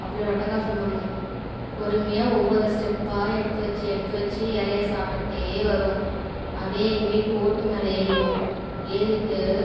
அப்படி ஒரு அட்டகாசம் பண்ணும் பொறுமையாக ஒவ்வொரு ஸ்டெப்பாக எடுத்து வச்சு எடுத்து வச்சு இரைய சாப்பிட்டுக்கிட்டே வரும் அப்படியே எங்கள் வீட்டு ஓட்டு மேலே ஏறிடும் ஏறிட்டு